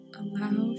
allow